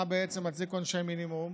תגיד, מה בעצם מצדיק עונשי מינימום?